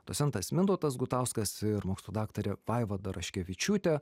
docentas mintautas gutauskas ir mokslų daktarė vaiva daraškevičiūtė